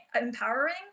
empowering